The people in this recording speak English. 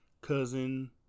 cousin